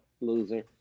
loser